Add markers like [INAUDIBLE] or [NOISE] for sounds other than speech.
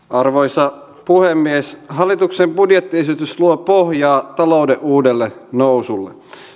[UNINTELLIGIBLE] arvoisa puhemies hallituksen budjettiesitys luo pohjaa talouden uudelle nousulle